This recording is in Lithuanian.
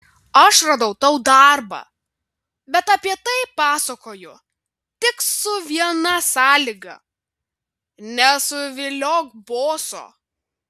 aš radau tau darbą bet apie tai pasakoju tik su viena sąlyga nesuviliok boso